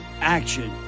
action